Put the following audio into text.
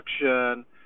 production